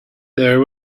there